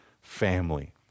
family